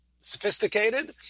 sophisticated